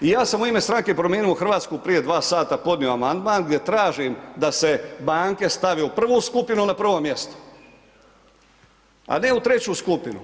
I ja sam u ime Stranke promijenimo Hrvatsku prije dva sata podnio amandman gdje tražim da se banke stave u prvu skupinu, na prvo mjesto, a ne u treću skupinu.